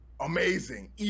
amazing